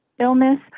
illness